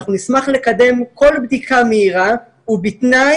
אנחנו נשמח לקדם כל בדיקה מהירה ובתנאי